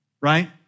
right